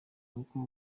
kuko